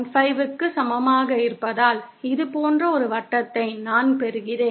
5 க்கு சமமாக இருப்பதால் இது போன்ற ஒரு வட்டத்தை நான் பெறுகிறேன்